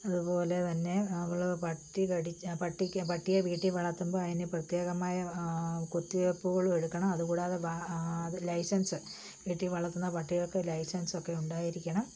അതുപോലെ തന്നെ നമ്മൾ പട്ടി കടിച്ച പട്ടിക്ക് പട്ടിയെ വീട്ടിൽ വളർത്തുമ്പോൾ അതിന് പ്രത്യേകമായ കുത്തിവെപ്പുകൾ എടുക്കണം അതുകൂടാതെ അത് ലൈസൻസ് വീട്ടിൽ വളർത്തുന്ന പട്ടികൾക്ക് ലൈസൻസൊക്കെ ഉണ്ടായിരിക്കണം